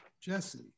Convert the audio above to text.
Jesse